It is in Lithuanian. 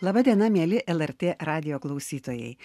laba diena mieli lrt radijo klausytojai